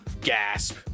gasp